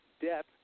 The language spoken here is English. debt